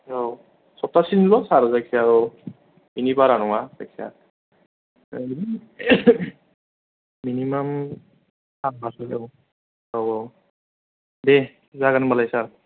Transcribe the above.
औ सप्तासेनिल' सार जायखिया औ बिनि बारा नङा जायखिया मिनिमाम सानबासो औ औ औ दे जागोन होनबालाय सार